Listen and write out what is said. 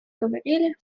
говорили